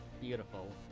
beautiful